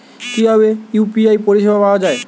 কিভাবে ইউ.পি.আই পরিসেবা পাওয়া য়ায়?